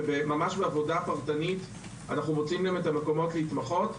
וממש בעבודה פרטנית אנחנו מוצאים להם מקומות להתמחות.